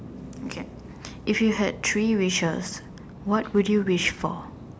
okay if you had three wishes what would you wish for